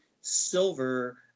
silver